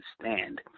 stand